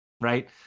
right